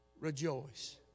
rejoice